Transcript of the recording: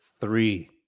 three